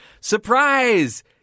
Surprise